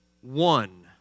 one